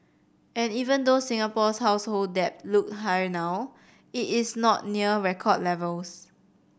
and even though Singapore's household debt look high now it is not near record levels